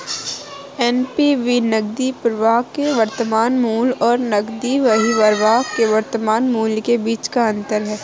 NPV नकदी प्रवाह के वर्तमान मूल्य और नकदी बहिर्वाह के वर्तमान मूल्य के बीच का अंतर है